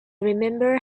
remember